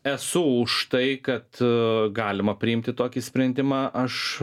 esu už tai kad galima priimti tokį sprendimą aš